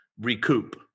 recoup